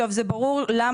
נדמה לי